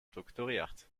strukturiert